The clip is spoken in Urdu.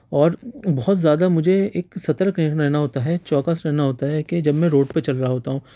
اور بہت زیادہ مجھے ایک سترک رہنا ہوتا ہے چوکس رہنا ہوتا ہے کہ جب میں روڈ پر چل رہا ہوتا ہوں